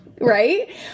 right